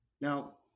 Now